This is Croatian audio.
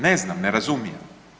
Ne znam, ne razumijem.